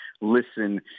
listen